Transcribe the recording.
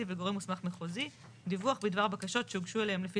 וגורם מוסמך מחוזי דיווח בדבר בקשות שהוגשו אליהם לפי